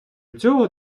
цього